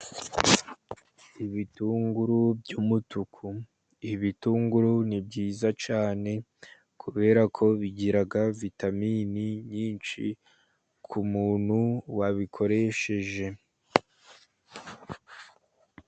Ibitunguru by'umutuku. Ibitunguru ni byiza cyane kubera ko bigira vitamini nyinshi ku muntu wabikoresheje.